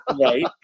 Right